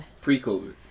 pre-COVID